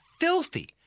filthy